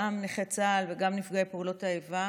גם נכי צה"ל וגם נפגעי פעולות האיבה: